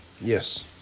Yes